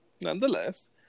nonetheless